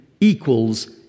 equals